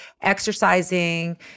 exercising